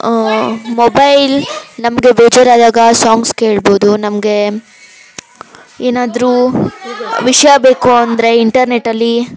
mobile ನಮಗೆ ಬೇಜಾರಾದಾಗ songs ಕೇಳ್ಬೋದು ನಮಗೆ ಏನಾದರೂ ವಿಷಯ ಬೇಕು ಅಂದರೆ ಇಂಟರ್ನೆಟ್ಟಲ್ಲಿ